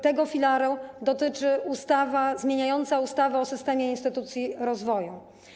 Tego filaru dotyczy ustawa zmieniająca ustawę o systemie instytucji rozwoju.